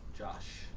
josh.